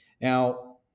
Now